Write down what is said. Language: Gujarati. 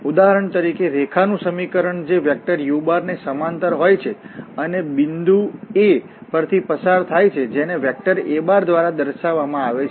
ઉદાહરણ તરીકે રેખાનું સમીકરણ જે વેક્ટરu ને સમાંતર હોય છે અને બિંદુ A પરથી પસાર થાય છે જેને વેક્ટરa દ્વારા દર્શાવવામાં આવે છે